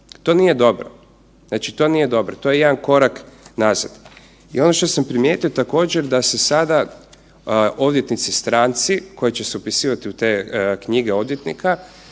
To nije dobro. Znači to nije dobro, to je jedan korak nazad. I ono što sam primijetio, također, da se sada odvjetnici stranci koji će se upisivati u te knjige odvjetnika,